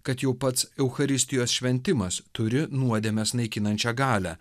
kad jau pats eucharistijos šventimas turi nuodemes naikinančią galią